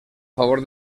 favor